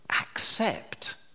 Accept